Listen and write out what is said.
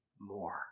more